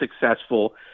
successful